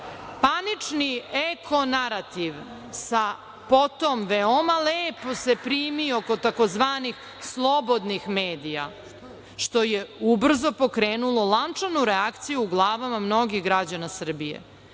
panični eko-narativ se potom veoma lepo primio kod tzv. slobodnih medija, što je ubrzo pokrenulo lančanu reakciju u glavama mnogih građana Srbije.